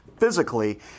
physically